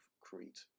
Crete